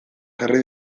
jarri